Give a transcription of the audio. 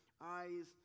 eyes